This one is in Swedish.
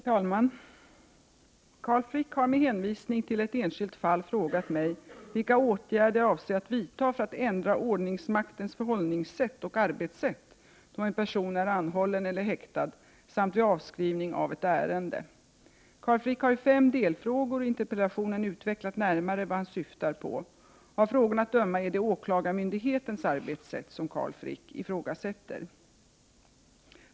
Herr talman! Carl Frick har med hänvisning till ett enskilt fall frågat mig vilka åtgärder jag avser att vidta för att ändra ordningsmaktens förhållningssätt och arbetssätt då en person är anhållen eller häktad samt vid avskrivning av ett ärende. Carl Frick har i fem delfrågor i interpellationen utvecklat närmare vad han syftar på. Av frågorna att döma är det åklagarmyndighetens arbetssätt som Carl Frick ifrågasätter.